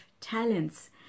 talents